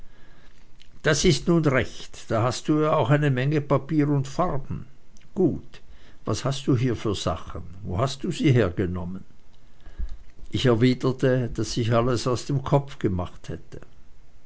das ist nun recht da hast du ja auch eine menge papier und farben gut was hast du hier für sachen wo hast du sie hergenommen ich erwiderte daß ich alles aus dem kopfe gemacht hätte